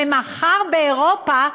ומחר באירופה,